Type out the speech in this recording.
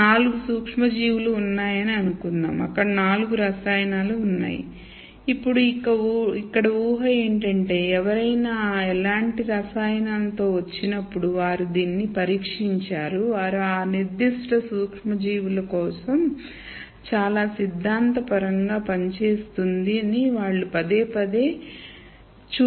4 సూక్ష్మజీవులు ఉన్నాయని అనుకుందాం అక్కడ నాలుగు రసాయనాలు ఉన్నాయి ఇప్పుడు ఇక్కడ ఊహ ఏమిటంటే ఎవరైనా ఇలాంటి రసాయనంతో వచ్చినప్పుడు వారు దీనిని పరీక్షించారు వారు ఆ నిర్దిష్ట సూక్ష్మజీవుల కోసం చాలా సిద్ధాంతపరంగా పనిచేస్తుంది అని వాళ్లు పదేపదే వారు చూపించారు అది